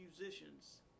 musicians